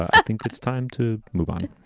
i think but it's time to move on